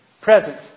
present